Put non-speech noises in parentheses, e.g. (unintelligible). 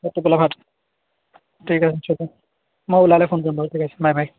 টোপোলা ভাত ঠিক আছে (unintelligible) মই ওলালে ফোন কৰিম বাৰু ঠিক আছে বাই বাই